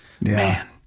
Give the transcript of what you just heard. man